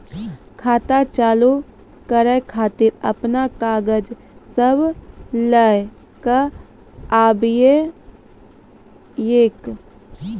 खाता चालू करै खातिर आपन कागज सब लै कऽ आबयोक?